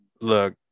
look